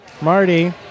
Marty